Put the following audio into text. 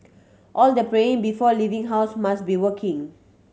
all the praying before leaving house must be working